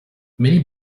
many